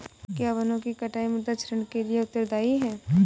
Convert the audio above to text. क्या वनों की कटाई मृदा क्षरण के लिए उत्तरदायी है?